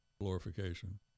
glorification